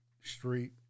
street